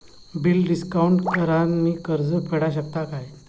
Bill discount करान मी कर्ज फेडा शकताय काय?